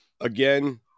again